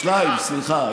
שניים, סליחה.